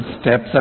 steps